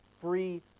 free